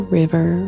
river